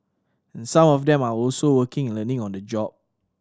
some of them are also working and learning on the job